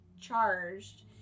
charged